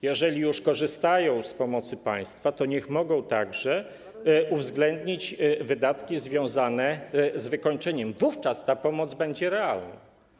Jeżeli już korzystają z pomocy państwa, to niech mogą uwzględnić także wydatki związane z wykończeniem, wówczas ta pomoc będzie realna.